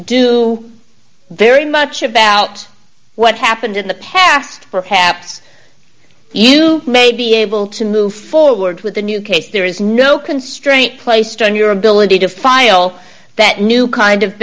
do very much about what happened in the past perhaps you may be able to move forward with a new case there is no constraint placed on your ability to file that new kind of